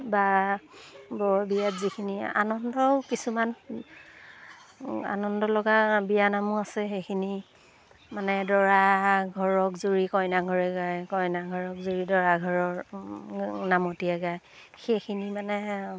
বা বৰ বিয়াত যিখিনি আনন্দও কিছুমান আনন্দ লগা বিয়ানামো আছে সেইখিনি মানে দৰা ঘৰক জুৰি কইনা ঘৰে গায় কইনা ঘৰক জুৰি দৰা ঘৰৰ নামতীয়ে গায় সেইখিনি মানে